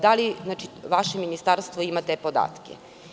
Da li vaše ministarstvo ima te podatke?